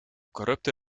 corrupte